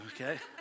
Okay